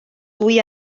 dwy